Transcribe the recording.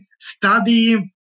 study